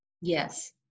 Yes